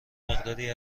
مقداری